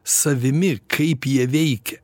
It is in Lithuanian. savimi kaip jie veikia